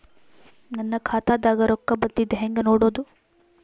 ನನ್ನ ಖಾತಾದಾಗ ರೊಕ್ಕ ಬಂದಿದ್ದ ಹೆಂಗ್ ನೋಡದು?